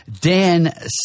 Dan